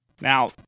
Now